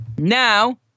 Now